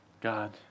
God